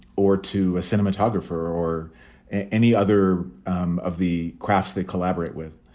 or to a cinematographer or any other um of the crafts they collaborate with.